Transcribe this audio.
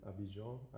Abidjan